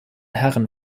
herren